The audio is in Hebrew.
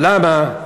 למה?